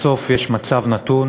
בסוף יש מצב נתון,